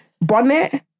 bonnet